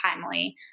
timely